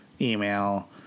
email